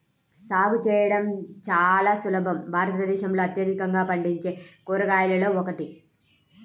సాగు చేయడం చాలా సులభం భారతదేశంలో అత్యధికంగా పండించే కూరగాయలలో ఒకటి